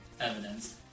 evidence